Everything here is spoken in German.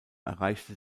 erreichte